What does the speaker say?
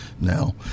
now